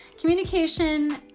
Communication